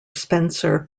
spencer